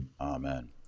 Amen